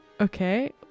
Okay